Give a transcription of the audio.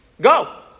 Go